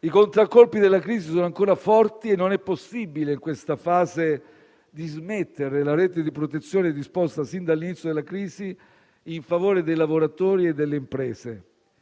I contraccolpi della crisi sono ancora forti e non è possibile, in questa fase, dismettere la rete di protezione disposta sin dall'inizio della crisi in favore dei lavoratori e delle imprese